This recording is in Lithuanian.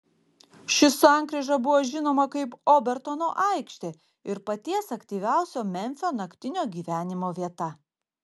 ši sankryža buvo žinoma kaip obertono aikštė ir paties aktyviausio memfio naktinio gyvenimo vieta